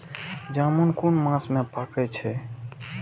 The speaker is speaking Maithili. जामून कुन मास में पाके छै?